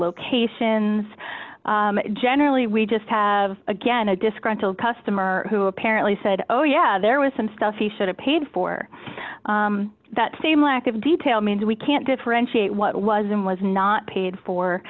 locations generally we just have again a disgruntled customer who apparently said oh yeah there was some stuff he should have paid for that same lack of detail means we can't differentiate what was and was not paid for